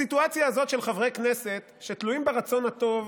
הסיטואציה הזאת של חברי כנסת שתלויים ברצון הטוב